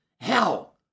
hell